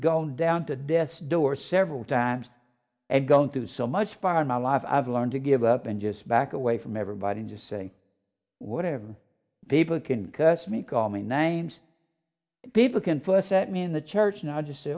gone down to death's door several times and gone through so much fire in my life i've learned to give up and just back away from everybody just saying whatever people can curse me call me names people can first set me in the church and i'll just say